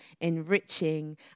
enriching